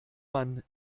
man